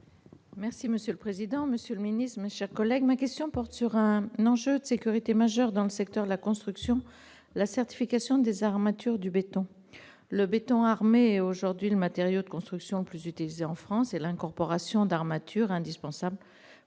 du ministre de la cohésion des territoires. Ma question porte sur un enjeu de sécurité majeur dans le secteur de la construction : la certification des armatures du béton. Le béton armé est aujourd'hui le matériau de construction le plus utilisé en France. L'incorporation d'armatures est indispensable